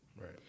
Right